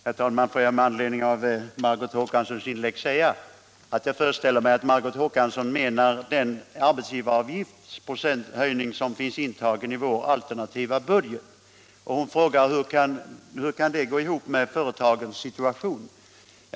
Herr talman! Med anledning av Margot Håkanssons inlägg vill jag säga att jag föreställer mig att hon menar den procentuella höjning av arbetsgivaravgiften som finns intagen i vår alternativa budget. Hon frågar hur den höjningen kan gå ihop med företagens situation.